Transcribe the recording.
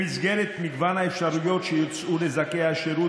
במסגרת מגוון האפשרויות שיוצעו לזכאי השירות